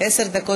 הצעת